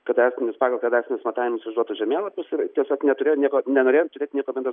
kadastrinius pagal kadastrinius matavimus išduotus žemėlapius ir tiesiog neturėjo nieko nenorėjom turėt nieko bendro